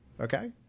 Okay